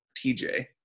TJ